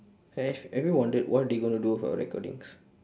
have have you ever wondered what they're going to do with our recordings